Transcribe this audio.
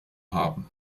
haben